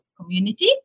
community